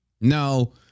No